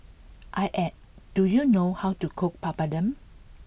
I at do you know how to cook Papadum